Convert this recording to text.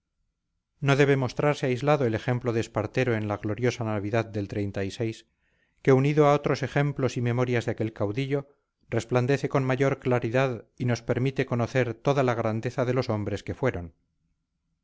no debe mostrarse aislado el ejemplo de espartero en la gloriosa navidad del que unido a otros ejemplos y memorias de aquel caudillo resplandece con mayor claridad y nos permite conocer toda la grandeza de los hombres que fueron